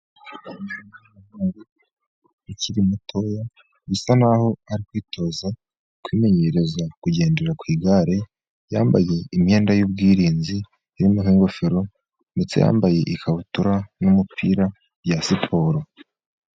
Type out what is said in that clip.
Umwana ukiri mutoya bisa n'aho ari kwitoza kwimenyereza kugendera ku igare, yambaye imyenda y'ubwirinzi irimo n'ingofero, ndetse yambaye ikabutura n'umupira bya siporo.